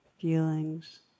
feelings